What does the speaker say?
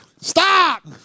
Stop